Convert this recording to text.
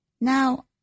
now